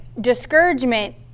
discouragement